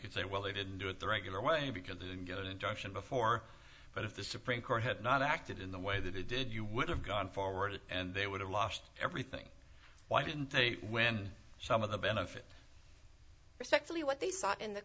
could say well they didn't do it the regular way because they didn't get an injunction before but if the supreme court had not acted in the way that they did you would have gone forward and they would have lost everything why didn't they when some of the benefit respectfully what they